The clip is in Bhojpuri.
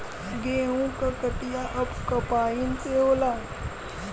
गेंहू क कटिया अब कंपाइन से होला